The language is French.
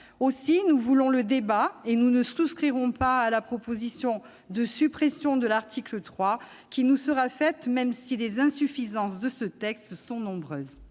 que nous voulons le débat, nous ne souscrirons pas à la proposition de suppression de l'article 3, même si les insuffisances de ce texte sont nombreuses.